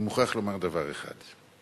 אני מוכרח להגיד דבר אחד: